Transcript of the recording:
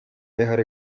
dejaré